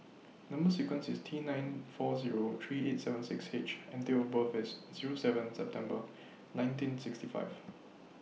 Number sequence IS T nine four Zero three eight seven six H and Date of birth IS Zero seven September nineteen sixty five